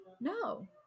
no